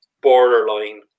borderline